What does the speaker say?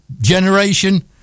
generation